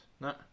No